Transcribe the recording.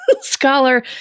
scholar